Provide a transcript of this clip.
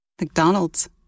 McDonald's